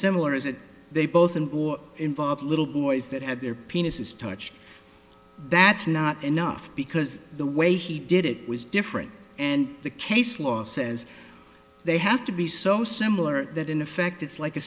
similar is that they both and or involve little boys that have their penises touch that's not enough because the way he did it was different and the case law says they have to be so similar that in effect it's like a